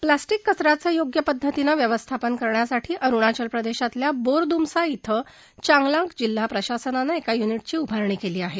plastic कच यांचं योग्य पद्धतीनं व्यवस्थापन करण्यासाठी अरुणाचल प्रदेशातल्या बोरदूमसा क्षे चांगलांग जिल्हा प्रशासनानं एका युनिटची उभारणी केली आहे